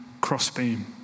crossbeam